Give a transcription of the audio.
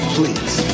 Please